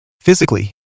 Physically